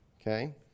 Okay